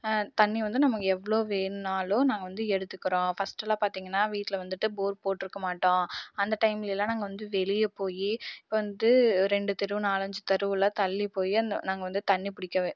தண்ணி வந்து நமக்கு எவ்வளோ வேணும்னாலும் நாங்கள் வந்து எடுத்துக்கிறோம் ஃபஸ்ட்டெல்லாம் பார்த்திங்கன்னா வீட்டில் வந்துட்டு போர் போட்டுருக்க மாட்டோம் அந்த டைம்லலாம் நாங்கள் வந்து வெளியே போய் இப்போ வந்துட்டு ரெண்டு தெரு நாலஞ்சு தெருவெலாம் தள்ளி போய் அந்த நாங்கள் வந்து தண்ணி பிடிக்க